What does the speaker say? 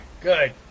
Good